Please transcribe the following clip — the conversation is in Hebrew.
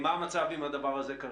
מה המצב עם הדבר הזה?